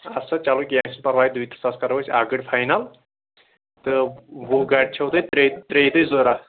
اَدٕ سا چلو کیٚنٛہہ چھُنہٕ پَرواے دۄیہِ ترٛہ ساس کرو أسۍ اکھ گٲڑۍ فاینل تہٕ وُہ گاڑِ چھَو تۄہہِ ترٛیہِ دۅہۍ ضروٗرتھ